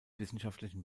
wissenschaftlichen